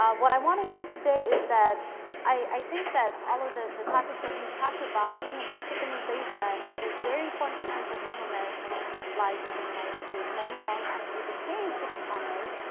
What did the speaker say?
um what i want to do today is that i think that all of the the topics that you talked about, even the chickenization, is very important in terms of hmong american lives in the united states. many hmong actually became chicken farmers.